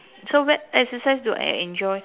so what exercise do I enjoy